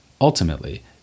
Ultimately